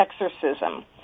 exorcism